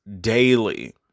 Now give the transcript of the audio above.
daily